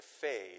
fade